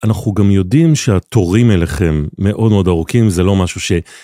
אנחנו גם יודעים שהתורים אליכם מאוד מאוד ארוכים, זה לא משהו ש...